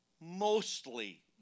mostly